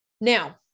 Now